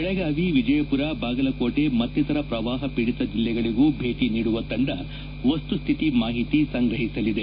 ಬೆಳಗಾವಿ ವಿಜಯಪುರ ಬಾಗಲಕೋಟೆ ಮತ್ತಿತರ ಪ್ರವಾಹಪೀಡಿತ ಜಿಲ್ಲೆಗಳಗೂ ಭೇಟಿ ನೀಡುವ ತಂಡ ವಸ್ತುಸ್ತಿತಿ ಮಾಹಿತಿ ಸಂಗ್ರಹಿಸಲಿದೆ